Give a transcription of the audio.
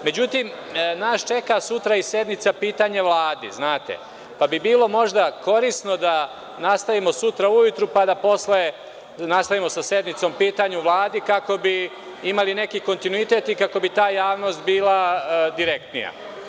Međutim, nas čeka sutra i sednica pitanja Vladi, znate, pa bi bilo možda korisno da nastavimo sutra ujutru, pa da posle nastavimo sa sednicom pitanja Vladi, kako bi imali neki kontinuitet i kako bi ta javnost bila direktnija.